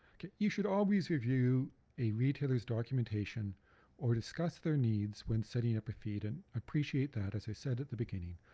you should always review a retailer's documentation or discuss their needs when setting up a feed and appreciate that, as i said at the beginning,